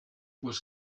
was